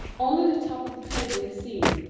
only the top of the table is seen,